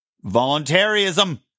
Voluntarism